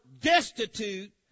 destitute